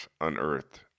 unearthed